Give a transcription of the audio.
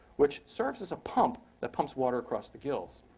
which serves as a pump that pumps water across the gills.